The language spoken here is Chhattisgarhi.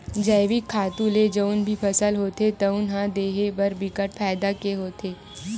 जइविक खातू ले जउन भी फसल होथे तउन ह देहे बर बिकट फायदा के होथे